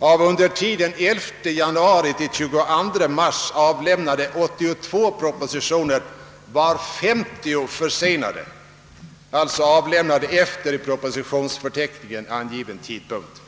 Av under tiden 11 januari — 22 mars avlämnade 82 propositioner var 50 försenade, alltså avlämnade efter i propositionsförteckningen angiven tidpunkt.